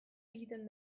egiten